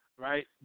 right